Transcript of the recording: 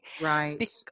Right